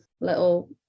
little